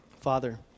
Father